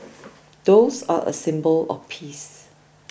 doves are a symbol of peace